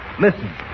listen